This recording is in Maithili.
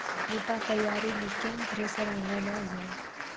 बूटा तैयारी ली केन थ्रेसर आनलऽ जाए?